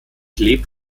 lebt